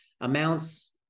amounts